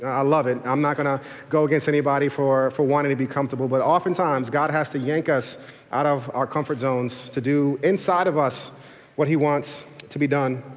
i love it, i'm not going to go against anybody for for wanting to be comfortable, but oftentimes god has to yank us out of our comfort zones to do inside of us what he wants to be done.